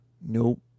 nope